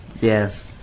Yes